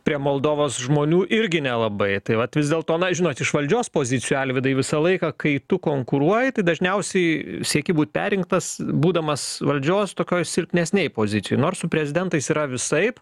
prie moldovos žmonių irgi nelabai tai vat vis dėlto na žinot iš valdžios pozicijų alvydai visą laiką kai tu konkuruoji tai dažniausiai sieki būt perrinktas būdamas valdžios tokioj silpnesnėj pozicijoj nors su prezidentais yra visaip